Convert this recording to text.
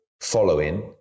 following